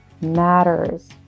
matters